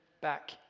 back